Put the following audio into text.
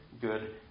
good